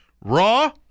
Raw